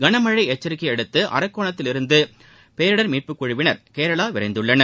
களமழை எச்சரிக்கையை அடுத்து அரக்கோணத்திலிருந்து பேரிடர் மீட்புக் குழுவினர் கேரளா விரைந்துள்ளனர்